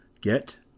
get